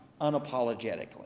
unapologetically